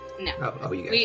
No